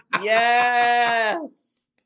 yes